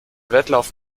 wettlauf